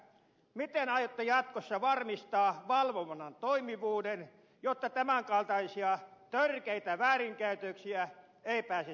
miten aiotte jatkossa varmistaa valvonnan toimivuuden jotta tämän kaltaisia törkeitä väärinkäytöksiä ei pääse syntymään